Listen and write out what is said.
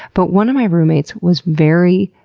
but one of my roommates was very,